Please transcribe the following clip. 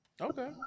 Okay